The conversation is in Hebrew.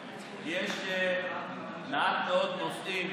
יש מעט מאוד נושאים